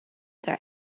their